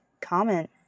comment